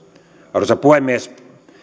arvoisa puhemies